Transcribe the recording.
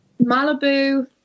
Malibu